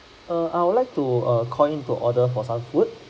err I would like to err calling to order for some food